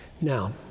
Now